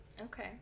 Okay